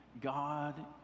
God